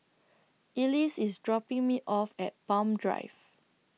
Elease IS dropping Me off At Palm Drive